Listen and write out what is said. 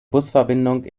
busverbindung